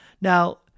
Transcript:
Now